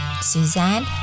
Suzanne